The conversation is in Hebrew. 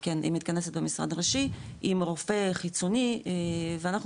היא מתכנסת במשרד הראשי עם רופא חיצוני ואנחנו